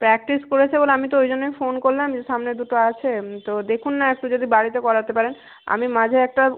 practice করেছে বলে আমি তো ওই জন্যই ফোন করলাম যে সামনে দুটো আছে তো দেখুন না একটু যদি বাড়িতে করাতে পারেন আমি মাঝে একটা